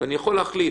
ככלל,